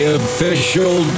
official